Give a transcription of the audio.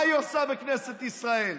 מה היא עושה בכנסת ישראל?